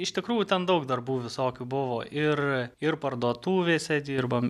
iš tikrųjų ten daug darbų visokių buvo ir ir parduotuvėse dirbam